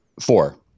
Four